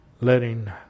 letting